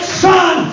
son